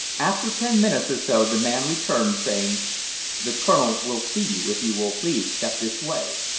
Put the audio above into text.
after ten minutes or so the man returned, saying the colonel will see you if you will please step this way,